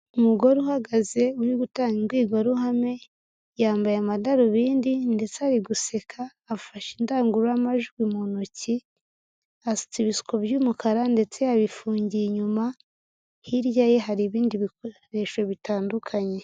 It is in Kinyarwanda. Umugore uhagaze uri gutanga imbwirwaruhame, yambaye amadarubindi ndetse ari guseka, afashe indangururamajwi mu ntoki, asutse ibisuko by'umukara ndetse yabifungiye inyuma, hirya ye hari ibindi bikoresho bitandukanye.